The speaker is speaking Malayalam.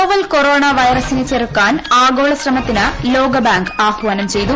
നോവൽ കൊറോണ വൈറസിനെ ചെറുക്കാൻ ആഗോള ശ്രമത്തിന് ലോകബാങ്ക് ആഹാനം ചെയ്തു